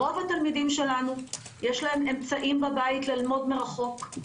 רוב התלמידים שלנו יש להם אמצעים בבית ללמוד מרחוק.